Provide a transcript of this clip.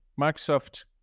Microsoft